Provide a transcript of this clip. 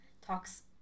talks